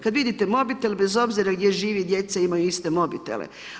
Kada vidite mobitel bez obzira gdje živi, djeca imaju iste mobitele.